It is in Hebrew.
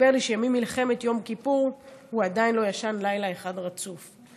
שסיפר לי שממלחמת יום כיפור הוא עדיין לא ישן לילה אחד רצוף,